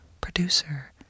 producer